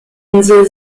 insel